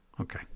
Okay